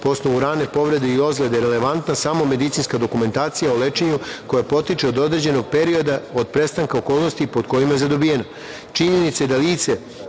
osnovu rane povrede i ozlede relevantna samo medicinska dokumentacija o lečenju, koja potiče od određenog perioda od prestanka okolnosti pod kojima je zadobijena. Činjenica je da lice